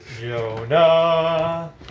Jonah